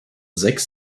sechs